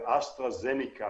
ואסטרה זניקה,